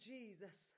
Jesus